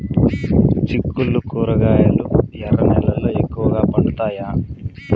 చిక్కుళ్లు కూరగాయలు ఎర్ర నేలల్లో ఎక్కువగా పండుతాయా